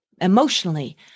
emotionally